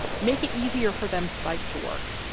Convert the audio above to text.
make it easier for them to bike to work,